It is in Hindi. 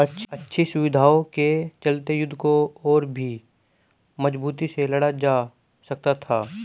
अच्छी सुविधाओं के चलते युद्ध को और भी मजबूती से लड़ा जा सकता था